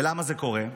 למה זה קורה?